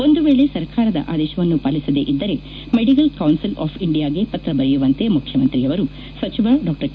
ಒಂದು ವೇಳೆ ಸರ್ಕಾರದ ಆದೇಶವನ್ನು ಪಾಲಿಸದೇ ಇದ್ದರೆ ಮೆಡಿಕಲ್ ಕೌನ್ಸಿಲ್ ಆಫ್ ಇಂಡಿಯಾಗೆ ಪತ್ರ ಬರೆಯುವಂತೆ ಮುಖ್ಯಮಂತ್ರಿಯವರು ಸಚಿವ ಕೆ